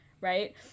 right